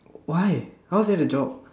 why how is that a job